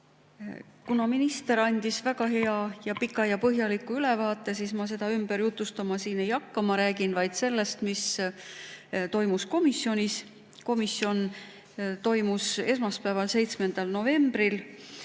Kuna minister andis väga hea ja pika ja põhjaliku ülevaate, siis ma seda ümber jutustama siin ei hakka. Ma räägin vaid sellest, mis toimus komisjonis. Komisjoni [istung] toimus esmaspäeval, 7. novembril.